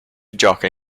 gioca